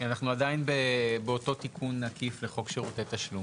אנחנו עדיין באותו תיקון עקיף לחוק שירותי תשלום.